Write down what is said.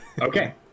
Okay